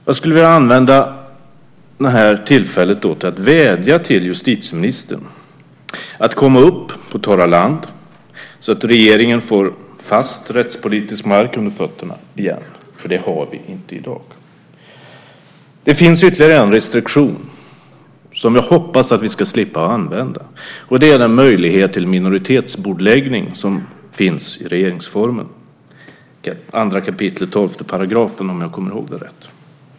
Jag skulle vilja använda det här tillfället till att vädja till justitieministern att komma upp på torra land så att regeringen får fast rättspolitisk mark under fötterna igen. Det har vi inte i dag. Det finns ytterligare en restriktion som jag hoppas att vi ska slippa använda. Det är den möjlighet till minoritetsbordläggning som finns i regeringsformen. Det är 2 kap. 12 §, om jag kommer ihåg rätt.